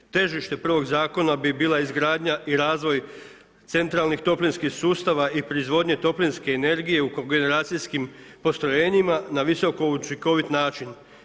Težište prvog zakona bi bila izgradnja i razvoj centralnih toplinskih sustava i proizvodnje toplinske energije u kogeneracijskim postrojenjima na visoko učinkovit način.